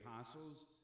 apostles